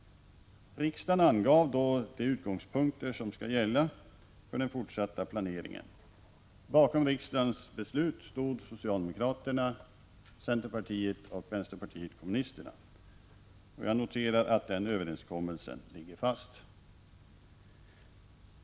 Riksdagen angav de utgångspunkter som skall gälla för den fortsatta planeringen. Bakom riksdagens beslut stod socialdemokraterna, centerpartiet och vänsterpartiet kommunisterna. Jag noterar att den överenskommelsen ligger fast.